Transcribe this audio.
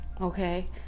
Okay